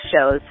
shows